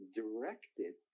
directed